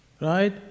Right